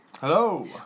hello